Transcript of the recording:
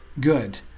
good